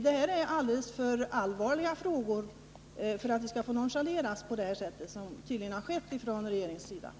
Det här är alldeles för allvarliga frågor för att de skall få nonchaleras på det sätt som regeringen tydligen har gjort.